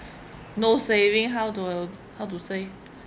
no saving how to how to save